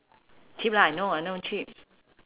cheap lah I know I know cheap